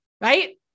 Right